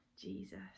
Jesus